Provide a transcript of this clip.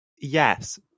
Yes